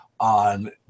on